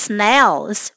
Snails